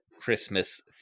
Christmas